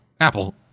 Apple